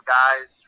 guys